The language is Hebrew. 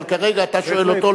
אבל כרגע אתה שואל אותו,